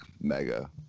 Mega